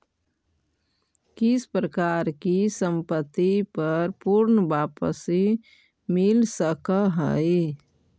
किस प्रकार की संपत्ति पर पूर्ण वापसी मिल सकअ हई